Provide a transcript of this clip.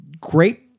Great